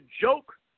joke